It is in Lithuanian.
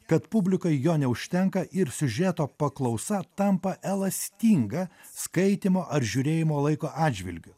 kad publikai jo neužtenka ir siužeto paklausa tampa elastinga skaitymo ar žiūrėjimo laiko atžvilgiu